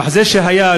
המחזה שהיה,